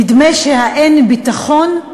נדמה שה"אין ביטחון"